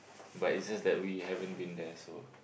but is just that we haven't been there so